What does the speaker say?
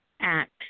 act